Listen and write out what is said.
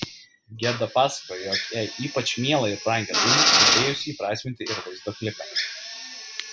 gerda pasakoja jog jai ypač mielą ir brangią dainą norėjusi įprasminti ir vaizdo klipe